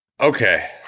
Okay